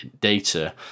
data